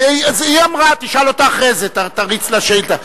אז היא אמרה, תשאל אותה אחרי זה, תריץ לה שאילתא.